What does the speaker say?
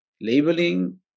labeling